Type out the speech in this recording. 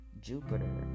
Jupiter